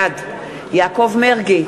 בעד יעקב מרגי,